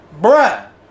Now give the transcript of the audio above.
bruh